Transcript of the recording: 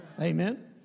Amen